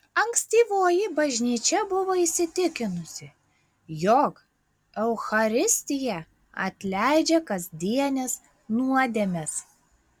ankstyvoji bažnyčia buvo įsitikinusi jog eucharistija atleidžia kasdienes nuodėmes